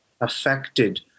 affected